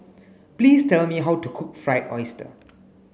please tell me how to cook fried oyster